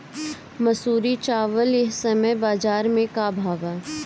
मंसूरी चावल एह समय बजार में का भाव बा?